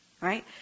Right